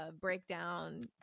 breakdown